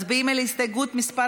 מצביעים על הסתייגות מס'